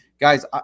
Guys